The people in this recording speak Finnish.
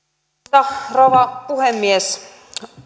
arvoisa rouva puhemies